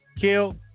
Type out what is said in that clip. Kill